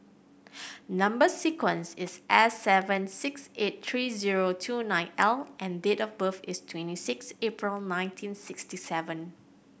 number sequence is S seven six eight three zero two nine L and date of birth is twenty six April nineteen sixty seven